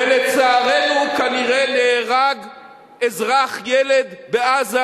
ולצערנו כנראה נהרג אזרח, ילד, בעזה